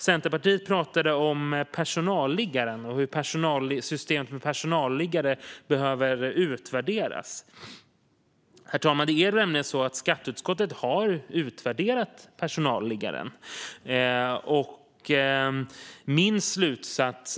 Det talades om personalliggare och hur systemet med sådana behöver utvärderas. Skatteutskottet har faktiskt redan utvärderat personalliggare.